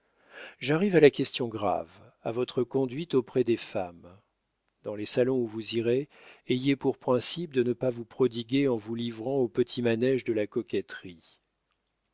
j'arrive à la question grave à votre conduite auprès des femmes dans les salons où vous irez ayez pour principe de ne pas vous prodiguer en vous livrant au petit manége de la coquetterie